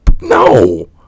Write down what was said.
No